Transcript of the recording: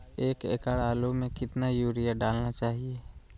एक एकड़ आलु में कितना युरिया डालना चाहिए?